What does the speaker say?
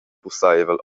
pusseivel